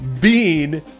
Bean